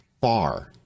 far